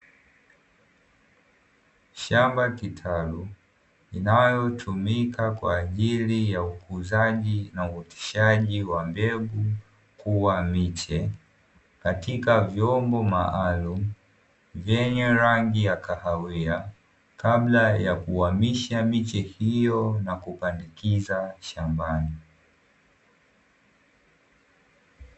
Shamba kitalu linalotumika kwa ajili ya ukuzaji na uoteshaji wa mbegu kuwa miche katika vyombo maalumu vyenye rangi ya kahawia kabla ya kuhamisha miche hiyo na kupandikiza shambani.